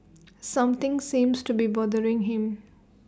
something seems to be bothering him